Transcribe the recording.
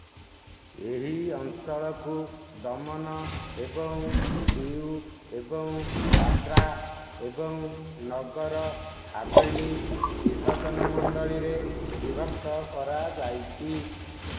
ଏହି ଅଞ୍ଚଳକୁ ଦମନ ଏବଂ ଦିଉ ଏବଂ ଦାଦ୍ରା ଏବଂ ନଗର ହାଭେଲି ନିର୍ବାଚନ ମଣ୍ଡଳୀରେ ବିଭକ୍ତ କରାଯାଇଛି